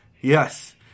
Yes